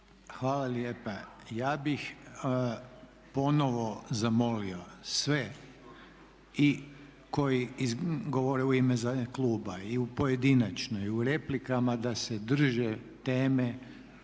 vam lijepa. Ja bih ponovno zamolio sve i koji govore u ime kluba, i u pojedinačnoj i u replikama da se drže teme